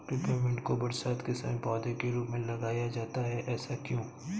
Peppermint को बरसात के समय पौधे के रूप में लगाया जाता है ऐसा क्यो?